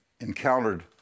encountered